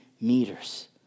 meters